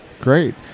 Great